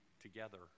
together